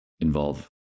involve